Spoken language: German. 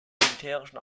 militärischen